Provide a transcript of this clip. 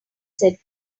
said